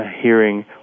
hearing